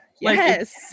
yes